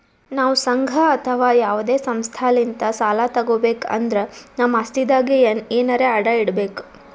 ನಾವ್ ಸಂಘ ಅಥವಾ ಯಾವದೇ ಸಂಸ್ಥಾಲಿಂತ್ ಸಾಲ ತಗೋಬೇಕ್ ಅಂದ್ರ ನಮ್ ಆಸ್ತಿದಾಗ್ ಎನರೆ ಅಡ ಇಡ್ಬೇಕ್